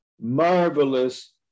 marvelous